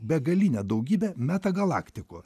begalinę daugybę metagalaktikų